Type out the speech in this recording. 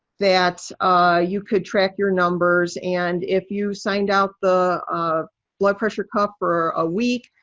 that you could track your numbers. and if you signed out the um blood pressure cuff for a week,